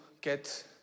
get